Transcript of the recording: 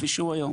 כפי שהוא היום.